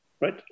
right